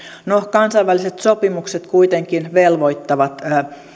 no kansainväliset sopimukset kuitenkin velvoittavat